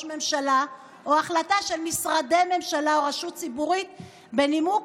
ממשלה או החלטה של משרדי ממשלה או רשות ציבורית בנימוק